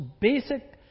basic